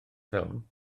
ffilm